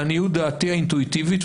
לעניות דעתי האינטואיטיבית,